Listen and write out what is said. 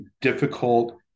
difficult